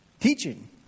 teaching